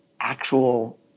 actual